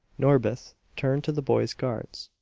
norbith turned to the boy's guards.